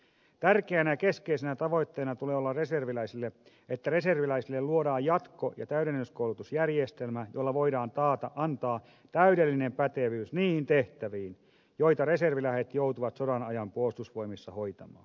tärkeänä keskeisenä tavoitteena tulee olla että reserviläisille luodaan jatko ja täydennyskoulutusjärjestelmä jolla voidaan antaa täydellinen pätevyys niihin tehtäviin joita reserviläiset joutuvat sodan ajan puolustusvoimissa hoitamaan